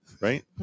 Right